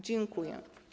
Dziękuję.